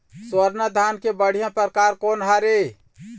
स्वर्णा धान के बढ़िया परकार कोन हर ये?